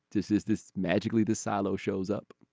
this is this magically this silo shows up.